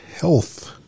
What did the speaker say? health